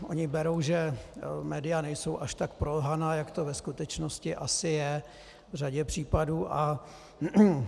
Oni berou, že média nejsou až tak prolhaná, jak to ve skutečnosti asi v řadě případů je.